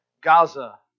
Gaza